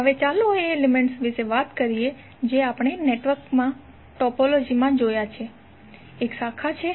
હવે ચાલો એ એલિમેન્ટ્સ વિશે વાત કરીએ જે આપણે નેટવર્ક ટોપોલોજીમાં જોયા છે એક શાખા છે